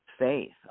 Faith